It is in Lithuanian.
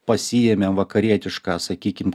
pasiėmėm vakarietišką sakykim